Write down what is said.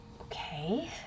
Okay